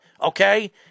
Okay